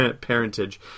parentage